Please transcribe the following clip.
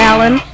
Alan